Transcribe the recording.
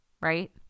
right